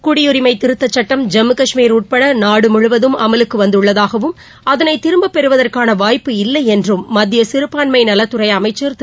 குடியுரிமை திருத்தச் சட்டம் ஜம்மு கஷ்மீர் உட்பட நாடு முழுவதும் அமலுக்கு வந்துள்ளதாகவும் அதனை திரும்பப் பெறுவதற்கான வாய்ப்பு இல்லை என்றும் மத்திய சிறுபான்மை நலத்துறை அமைச்சர் திரு